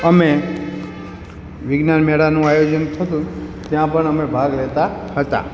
અમે વિજ્ઞાન મેળાનું આયોજન થતું ત્યાં પણ અમે ભાગ લેતાં હતાં